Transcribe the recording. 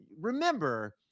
remember